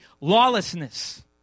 lawlessness